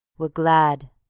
we're glad.